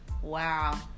Wow